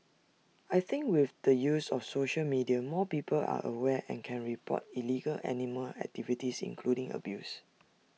I think with the use of social media more people are aware and can report illegal animal activities including abuse